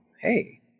hey